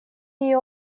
нее